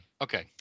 Okay